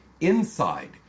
INSIDE